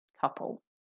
couple